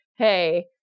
hey